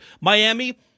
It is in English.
Miami